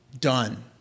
Done